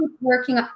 working